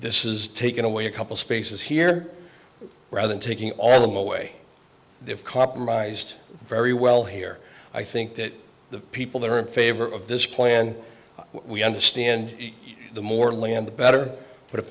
this is taking away a couple spaces here rather than taking all of them away they've compromised very well here i think that the people that are in favor of this plan we understand the more land the better but if